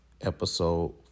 Episode